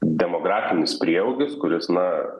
demografinis prieaugis kuris na